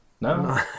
no